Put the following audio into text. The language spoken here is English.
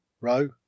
row